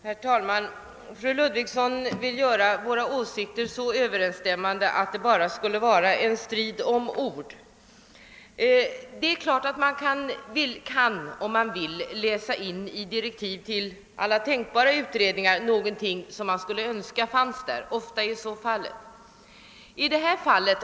Herr talman! Fru Ludvigsson vill göra gällande att våra åsikter är så överensstämmande att detta bara skulle vara en strid om ord. Om man så vill kan man i direktiven för alla tänkbara utredningar läsa in någonting som man skulle önska fanns där, och ofta gör man det.